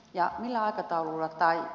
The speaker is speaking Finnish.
ja millä aikataululla tai